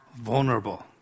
vulnerable